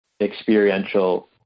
experiential